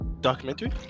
documentary